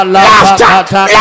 Laughter